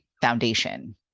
foundation